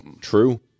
true